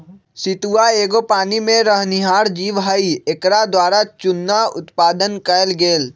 सितुआ एगो पानी में रहनिहार जीव हइ एकरा द्वारा चुन्ना उत्पादन कएल गेल